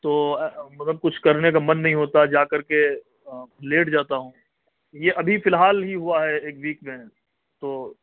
تو مگر کچھ کرنے کا من نہیں ہوتا ہے جا کر کے لیٹ جاتا ہوں یہ ابھی فی الحال ہی ہوا ہے ایک ویک میں تو